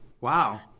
wow